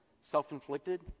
self-inflicted